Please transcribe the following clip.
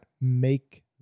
make